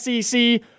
SEC